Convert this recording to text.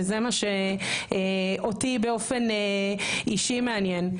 וזה מה שאותי באופן אישי מעניין.